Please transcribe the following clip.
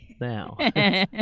now